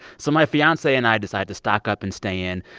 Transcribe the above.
so my fiance and i decide to stock up and stay in.